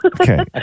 Okay